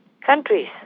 countries